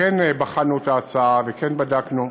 כן בחנו את ההצעה וכן בדקנו,